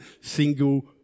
single